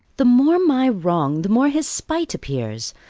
the more my wrong, the more his spite appears.